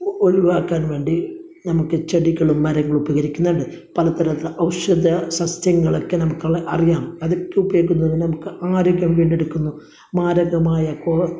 ഒഴിവാക്കാന് വേണ്ടി നമുക്ക് ചെടികളും മരങ്ങളും ഉപകരിക്കുന്നുണ്ട് പലതരം ഔഷധ സസ്യങ്ങളൊക്കെ നമുക്കുള്ളത് അറിയാം അതൊക്കെ ഉപയോഗിക്കുന്നത് നമുക്ക് ആരോഗ്യം വീണ്ടെടുക്കുന്നു മാരകമായ കോ